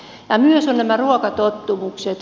myös ovat nämä ruokatottumukset